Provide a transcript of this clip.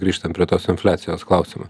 grįžtant prie tos infliacijos klausimo